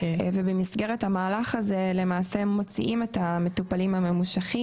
ובמסגרת המהלך הזה למעשה מוציאים את המטופלים הממושכים